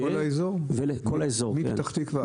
כל האזור מפתח תקווה עד הסוף?